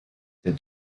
the